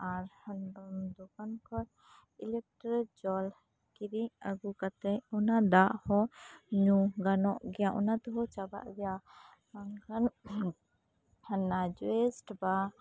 ᱟᱨ ᱨᱟᱱ ᱫᱚᱠᱟᱱ ᱠᱷᱚᱡ ᱤᱞᱮᱠᱴᱨᱤᱠ ᱡᱚᱞ ᱠᱤᱨᱤᱧ ᱟᱜᱩ ᱠᱟᱛᱮᱜ ᱚᱱᱟ ᱫᱟᱜ ᱦᱚᱸ ᱧᱩ ᱜᱟᱱᱚᱜ ᱜᱮᱭᱟ ᱚᱱᱟ ᱛᱮᱦᱚᱸ ᱪᱟᱵᱟᱜ ᱜᱮᱭᱟ ᱵᱟᱝᱠᱷᱟᱱ ᱚᱱᱟ ᱡᱮᱥᱴ ᱵᱟ